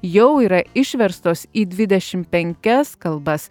jau yra išverstos į dvidešimt penkias kalbas